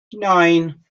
nine